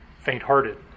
faint-hearted